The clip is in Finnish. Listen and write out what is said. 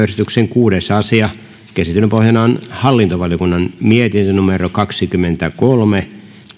kuudes asia käsittelyn pohjana on hallintovaliokunnan mietintö kaksikymmentäkolme